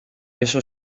eso